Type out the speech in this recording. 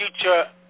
future